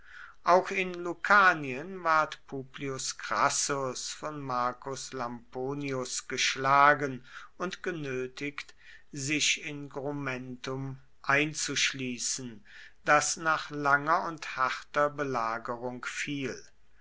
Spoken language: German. auch in lucanien ward publius crassus von marcus lamponius geschlagen und genötigt sich in grumentum einzuschließen das nach langer und harter belagerung fiel